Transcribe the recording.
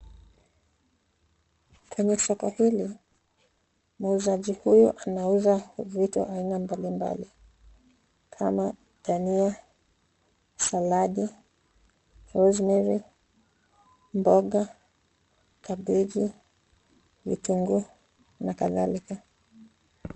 Kwenye soko hili, muuzaji huyu anauza vitu aina mbalimbali. Kama dania, salad , rosemarry ,mboga, kabeji, vitunguu na kadhalika.